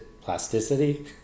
plasticity